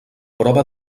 prova